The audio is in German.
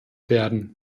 werden